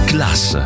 Class